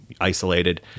isolated